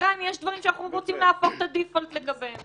נחליט אם יש דברים שאנחנו רוצים לשנות את ברירת המחדל לגביהם.